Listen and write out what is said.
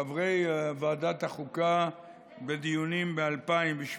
חברי ועדת החוקה בדיונים ב-2017,